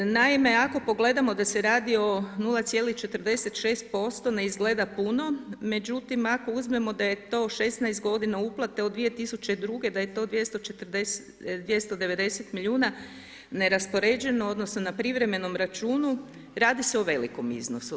Naime, ako pogledamo da se radi o 0,46% ne izgleda puno, međutim, ako uzmemo da je to 16 godina uplate, od 2002. da je to 290 milijuna neraspoređeno, odnosno na privremenom računu, radi se o velikom iznosu.